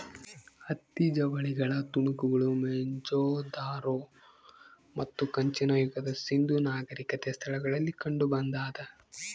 ಹತ್ತಿ ಜವಳಿಗಳ ತುಣುಕುಗಳು ಮೊಹೆಂಜೊದಾರೋ ಮತ್ತು ಕಂಚಿನ ಯುಗದ ಸಿಂಧೂ ನಾಗರಿಕತೆ ಸ್ಥಳಗಳಲ್ಲಿ ಕಂಡುಬಂದಾದ